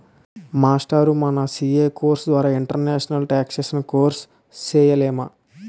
మాస్టారూ మన CA course ద్వారా ఇంటర్నేషనల్ టేక్సేషన్ కోర్సు సేయలేమా